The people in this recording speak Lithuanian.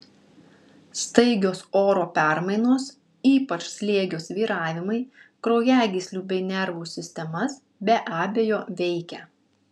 staigios oro permainos ypač slėgio svyravimai kraujagyslių bei nervų sistemas be abejo veikia